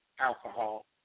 alcohol